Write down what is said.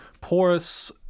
porous